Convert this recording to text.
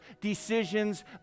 decisions